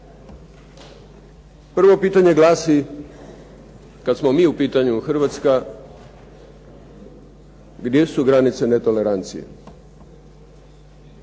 Prvo pitanje glasi kada smo mi u pitanju Hrvatska, gdje su granice netolerancije?